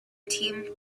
tim